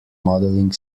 modeling